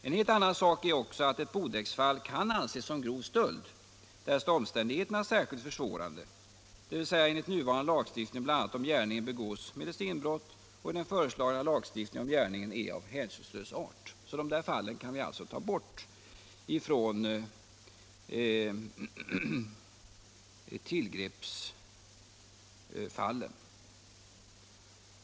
En helt annan sak är att också ett bodräktsfall kan anses som grov stöld därest omständigheterna är särskilt försvårande, dvs. enligt nuvarande lagstiftning bl.a. om gärningen begås medelst inbrott, och i den föreslagna lagstiftningen om gärningen är av hänsynslös art. De fallen kan vi alltså ta bort från tillgreppsfallen.